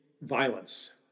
violence